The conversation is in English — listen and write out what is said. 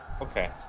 Okay